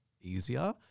easier